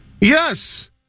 yes